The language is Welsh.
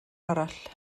arall